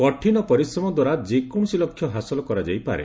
କଠିନ ପରିଶ୍ରମଦ୍ୱାରା ଯେକୌଣସି ଲକ୍ଷ୍ୟ ହାସଲ କରାଯାଇପାରେ